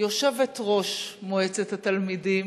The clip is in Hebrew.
יושבת-ראש מועצת התלמידים,